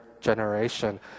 generation